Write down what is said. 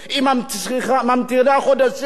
היא ממתינה חודשים,